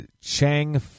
Chang